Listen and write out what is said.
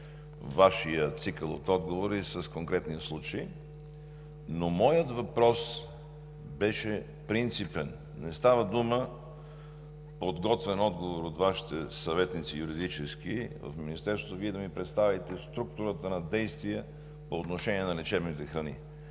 Вашия цикъл от отговори с конкретния случай, но моят въпрос беше принципен. Не става дума в подготвен отговор от Вашите юридически съветници в Министерството Вие да ми представите структурата на действия по отношение на лечебните храни.